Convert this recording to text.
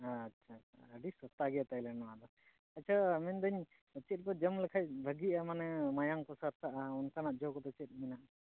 ᱟᱪᱪᱷᱟ ᱟᱹᱰᱤ ᱥᱚᱥᱛᱷᱟ ᱜᱮᱭᱟ ᱛᱟᱦᱚᱞᱮ ᱱᱚᱣᱟ ᱫᱚ ᱟᱪᱪᱷᱟ ᱢᱮᱱᱫᱟᱹᱧ ᱪᱮᱫ ᱠᱚ ᱡᱚᱢ ᱞᱮᱠᱷᱟᱱ ᱵᱷᱟᱹᱜᱤᱜᱼᱟ ᱢᱟᱱᱮ ᱢᱟᱭᱟᱢ ᱠᱚ ᱥᱟᱨᱥᱟᱜᱼᱟ ᱚᱱᱠᱟᱱᱟᱜ ᱡᱚ ᱠᱚᱫᱚ ᱪᱮᱫ ᱢᱮᱱᱟᱜᱼᱟ